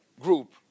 group